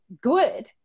good